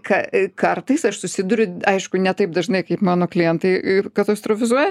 ka kartais aš susiduriu aišku ne taip dažnai kaip mano klientai ir katastrofizuoja